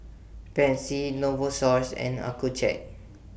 Pansy Novosource and Accucheck